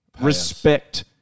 respect